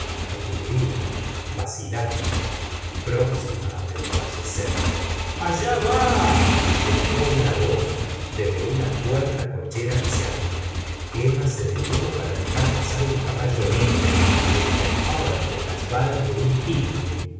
aturdida vacilante próxima á desfallecer allá va gritó una voz desde una puerta cochera que se abría tomo il j gustavo flaubert emma se detuvo para dejar pasar un caballo negro que piafaba entre las varas de un tilburi